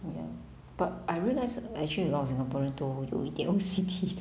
ya but I realize actually a lot of singaporean 都有一点 O_C_D